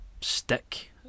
stick